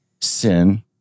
sin